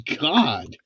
God